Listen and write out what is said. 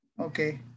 Okay